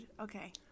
okay